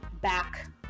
back